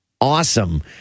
Awesome